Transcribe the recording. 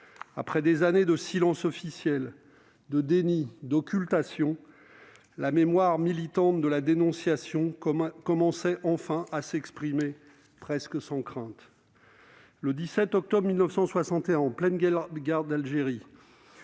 Après des années de silence officiel, de déni et d'occultation, la mémoire militante de la dénonciation commençait enfin à s'exprimer, presque sans crainte. Le 17 octobre 1961, en pleine guerre d'Algérie,